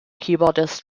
keyboardist